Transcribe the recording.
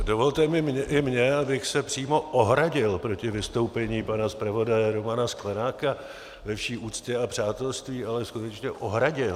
Dovolte i mně, abych se přímo ohradil proti vystoupení pana zpravodaje Romana Sklenáka, ve vší úctě a přátelství, ale skutečně ohradil.